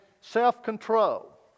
self-control